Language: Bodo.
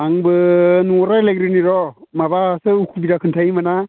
आंबो न'आव रायलायग्रोनि र' माबाखौ उसुबिदा खोन्थायो नामा